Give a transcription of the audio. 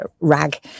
rag